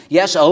yes